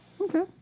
okay